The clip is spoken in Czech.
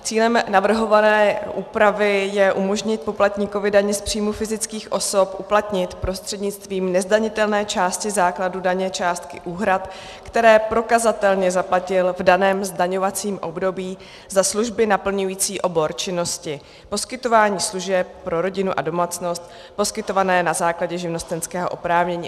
Cílem navrhované úpravy je umožnit poplatníkovi daně z příjmu fyzických osob uplatnit prostřednictvím nezdanitelné části základu daně částky úhrad, které prokazatelně zaplatil v daném zdaňovacím období za služby naplňující obor činnosti poskytování služeb pro rodinu a domácnost, poskytované na základě živnostenského oprávnění atd.